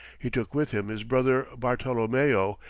he took with him his brother bartolomeo,